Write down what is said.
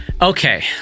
Okay